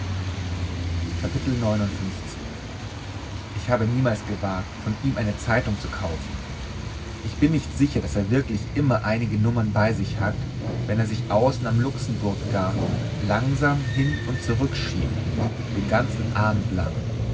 ich habe niemals gewagt von ihm eine zeitung zu kaufen ich bin nicht sicher daß er wirklich immer einige nummern bei sich hat wenn er sich außen am luxembourg garten langsam hin und zurück schiebt den ganzen abend lang